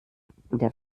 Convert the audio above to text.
der